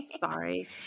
Sorry